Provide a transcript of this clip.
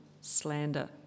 slander